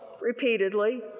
repeatedly